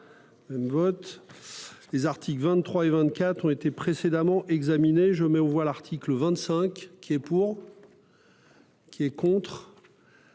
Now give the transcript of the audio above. votre. Vote. Les articles 23 et 24 ont été précédemment examiner je mets aux voix l'article 25 qui est pour. Qui est contre.